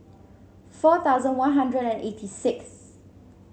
four thousand One Hundred and eighty sixth